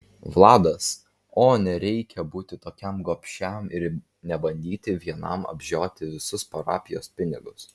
vladas o nereikia būti tokiam gobšiam ir nebandyti vienam apžioti visus parapijos pinigus